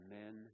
Amen